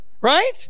right